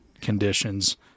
conditions